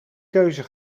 keuze